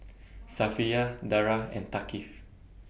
Safiya Dara and Thaqif